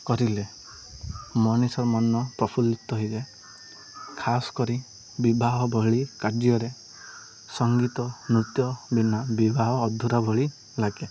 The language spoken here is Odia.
କରିଲେ ମଣିଷ ମନ ପ୍ରଫୁଲ୍ଲିତ ହେଇଯାଏ ଖାସ୍ କରି ବିବାହ ଭଳି କାର୍ଯ୍ୟରେ ସଙ୍ଗୀତ ନୃତ୍ୟ ବିନା ବିବାହ ଅଧୁରା ଭଳି ଲାଗେ